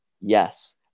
yes